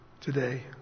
today